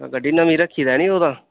गड्डी नमीं रक्खी दा निं ओह् तां